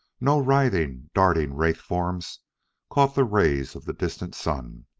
no writhing, darting wraith-forms caught the rays of the distant sun.